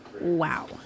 wow